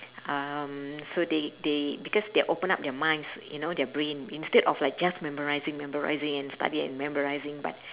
um so they they because they open up their minds you know their brain instead of like just memorising memorising and studying and memorising but